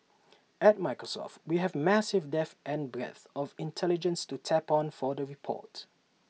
at Microsoft we have massive depth and breadth of intelligence to tap on for the report